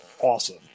awesome